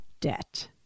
debt